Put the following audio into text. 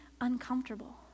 uncomfortable